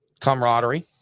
camaraderie